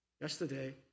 Yesterday